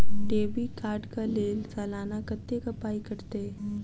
Debit card कऽ लेल सलाना कत्तेक पाई कटतै?